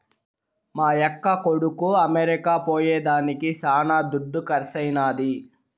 మా యక్క కొడుకు అమెరికా పోయేదానికి శానా దుడ్డు కర్సైనాది